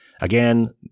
again